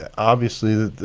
ah obviously,